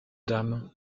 dame